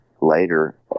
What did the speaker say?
Later